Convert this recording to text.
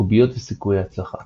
קוביות וסיכוי הצלחה